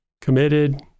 committed